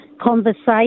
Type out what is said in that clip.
conversation